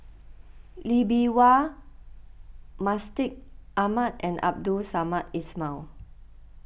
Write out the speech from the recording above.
Lee Bee Wah Mustaq Ahmad and Abdul Samad Ismail